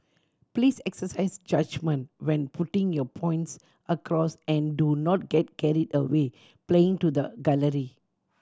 please exercise judgement when putting your points across and do not get carried away playing to the gallery